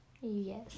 Yes